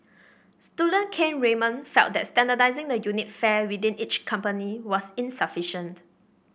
student Kane Raymond felt that standardising the unit fare within each company was insufficient